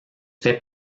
fait